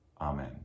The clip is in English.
Amen